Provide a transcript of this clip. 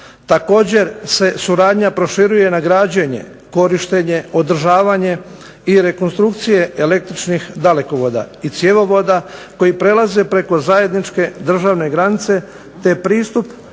Također se suradnja proširuje na građenje, korištenje, održavanje i rekonstrukcije električnih dalekovoda i cjevovoda koji prelaze preko zajedničke državne granice te pristup